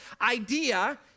idea